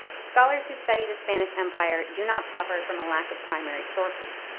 scholars who study the spanish empire do not suffer from a lack of primary sources,